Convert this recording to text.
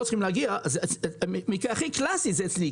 צריכים להגיע המקרה הכי קלאסי זה אצלי,